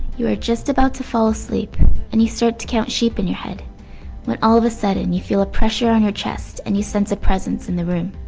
you are just about to fall asleep and you start to count sheep in your head when all of a sudden you feel a pressure on your chest and you sense a presence in the room.